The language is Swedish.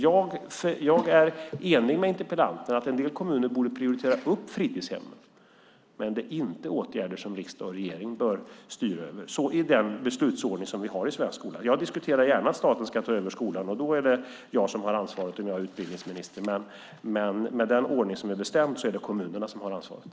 Jag är enig med interpellanten om att en del kommuner borde prioritera upp fritidshemmen, men det är inte åtgärder som riksdag och regering bör styra över, med den beslutsordning som vi har i svensk skola. Jag diskuterar gärna att staten ska ta över skolan, och då är det jag som har ansvaret som utbildningsminister. Men med den ordning som är bestämd är det kommunerna som har ansvaret.